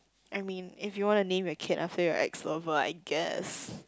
I mean if you wanna name your kid after your ex lover I guess